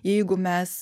jeigu mes